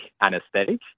anesthetic